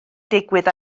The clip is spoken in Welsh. digwydd